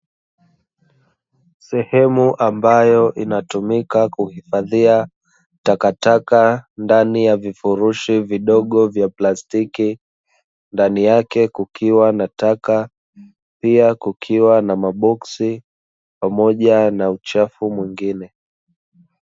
Sehemu ambayo inayotumika kuhifadhia takataka ndani ya vifurushi vidogo vya plastiki, ndani yake kukiwa na taka pia kukiwa na maboksi pamoja na uchafu mwengine.